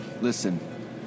Listen